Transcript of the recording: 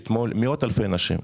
מאות אלפי אנשים,